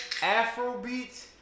afrobeats